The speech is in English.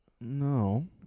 No